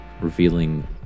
revealing